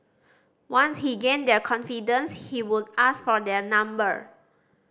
once he gained their confidence he would ask for their number